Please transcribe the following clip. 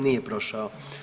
Nije prošao.